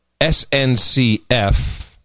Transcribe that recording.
SNCF